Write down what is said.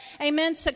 Amen